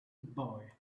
boy